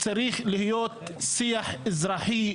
צריך להיות שיח אזרחי,